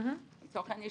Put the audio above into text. לצורך העניין,